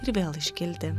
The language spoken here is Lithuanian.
ir vėl iškilti